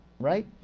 right